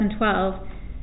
2012